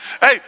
Hey